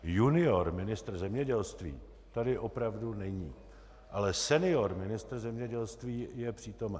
Junior ministr zemědělství tady opravdu není, ale senior ministr zemědělství je přítomen.